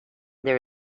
there